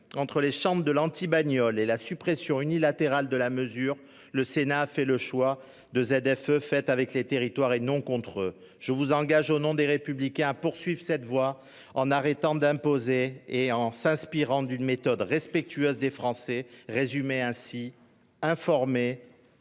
Entre les chantres de l'anti-bagnole et la suppression unilatérale de la mesure, le Sénat a fait le choix de ZFE faites avec les territoires et non contre eux. Monsieur le ministre, je vous engage donc au nom du groupe Les Républicains à poursuivre dans cette voie, en arrêtant d'imposer et en vous inspirant d'une méthode respectueuse des Français, résumée dans cette